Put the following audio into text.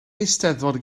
eisteddfod